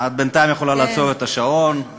את יכולה בינתיים לעצור את השעון, כן.